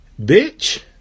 bitch